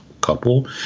couple